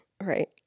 Right